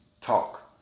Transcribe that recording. talk